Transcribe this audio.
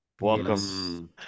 Welcome